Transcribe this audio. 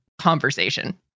conversation